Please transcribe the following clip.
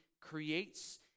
creates